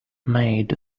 made